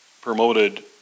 promoted